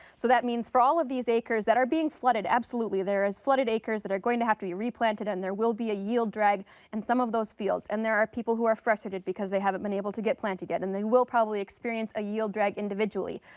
so that means for all of these acres that are being flooded, absolutely, there is flooded acres that are going to have to be replanted and there will be a yield drag in some of those fields. and there are people who are frustrated because they haven't been able to get planted yet and they will probably experience a yield drag individually.